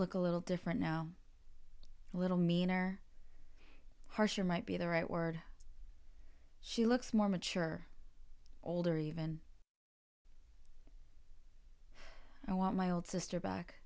look a little different now a little mean or harsher might be the right word she looks more mature older even i want my old sister back